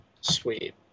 Sweet